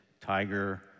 Tiger